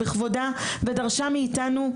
בכבודה ודרשה מאיתנו,